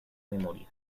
memoria